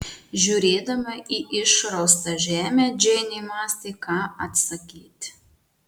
žiūrėdama į išraustą žemę džeinė mąstė ką atsakyti